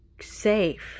safe